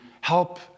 help